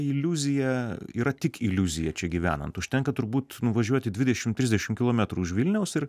iliuzija yra tik iliuzija čia gyvenant užtenka turbūt nuvažiuoti dvidešimt trisdešimt kilometrų už vilniaus ir